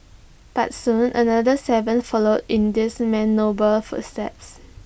but soon another Seven followed in this man's noble footsteps